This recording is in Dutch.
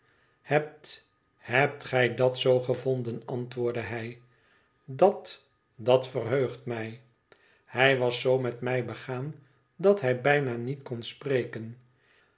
hebt hebt gij dat zoo gevonden antwoordde hij dat dat verheugt mij hij was zoo met mij begaan dat hij bijna niet kon spreken